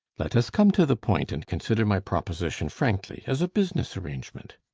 let us come to the point, and consider my proposition frankly as a business arrangement.